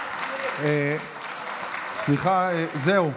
אה, סליחה, זהו.